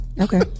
Okay